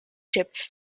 ship